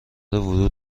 ورود